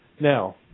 Now